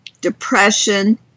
depression